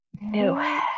no